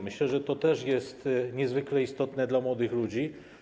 Myślę, że to też jest niezwykle istotne dla młodych ludzi.